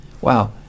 Wow